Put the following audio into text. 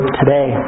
today